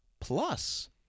plus